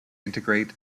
integrate